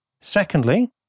Secondly